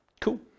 Cool